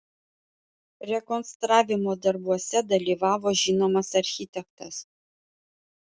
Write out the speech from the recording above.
rekonstravimo darbuose dalyvavo žinomas architektas